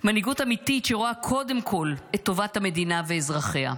מנהיגות אמיתית שרואה קודם כול את טובת המדינה ואזרחיה?